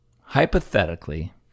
hypothetically